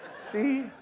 see